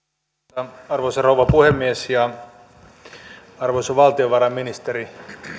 arvoisa arvoisa rouva puhemies arvoisa valtiovarainministeri